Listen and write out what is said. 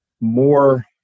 more